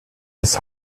his